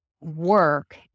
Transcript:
work